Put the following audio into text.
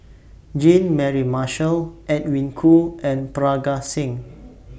Jean Mary Marshall Edwin Koo and Parga Singh